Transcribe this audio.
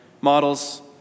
Models